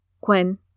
Quinn